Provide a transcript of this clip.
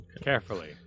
carefully